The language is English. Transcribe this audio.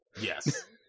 yes